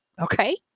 Okay